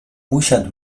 usiadł